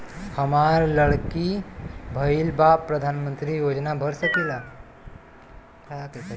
हमार लड़की भईल बा प्रधानमंत्री योजना भर सकीला?